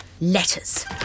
letters